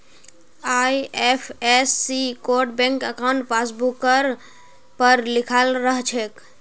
IFSC code bank अंकाउट पासबुकवर पर लिखाल रह छेक